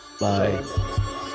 Bye